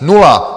Nula!